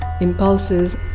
impulses